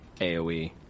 AoE